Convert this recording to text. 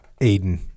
Aiden